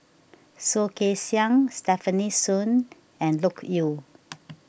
Soh Kay Siang Stefanie Sun and Loke Yew